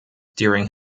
during